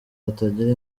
batagira